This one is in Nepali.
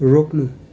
रोक्नु